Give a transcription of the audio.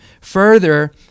Further